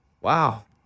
Wow